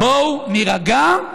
בואו נירגע.